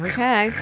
Okay